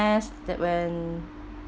that when